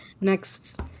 next